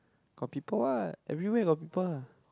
got people what everywhere got people